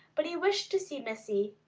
but he wished to see missy.